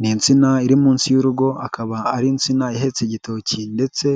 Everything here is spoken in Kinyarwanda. Ni insina iri munsi y'urugo akaba ari in nsina ihetse igitoki ndetse